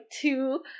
two